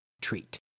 treat